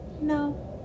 No